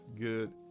good